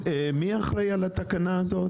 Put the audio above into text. מי אחראי על התקנה הזאת?